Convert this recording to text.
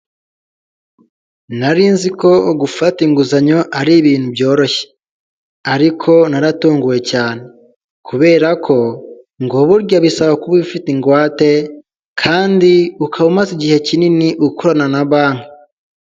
Nari nzi ko gufata inguzanyo ari ibintu byoroshye, ariko naratunguwe cyane, kubera ko ngo burya bisaba kuba ufite ingwate, kandi ukaba umaze igihe kinini ukorana na banki.